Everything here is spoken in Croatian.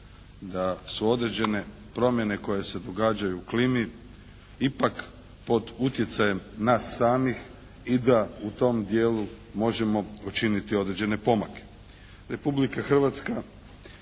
da su određene promjene koje se događaju u klimi ipak pod utjecajem nas samih i da u tom dijelu možemo počiniti određene pomake. Republika Hrvatska